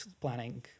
planning